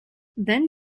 then